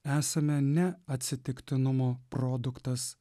esame ne atsitiktinumo produktas